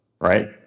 Right